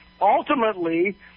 ultimately